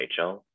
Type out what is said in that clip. nhl